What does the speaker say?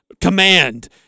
command